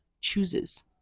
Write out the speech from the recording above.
chooses